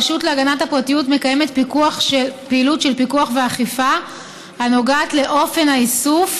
הרשות להגנת הפרטיות מקיימת פעילות של פיקוח ואכיפה הנוגעת לאופן האיסוף